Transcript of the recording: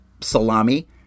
salami